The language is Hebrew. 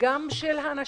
של הנשים,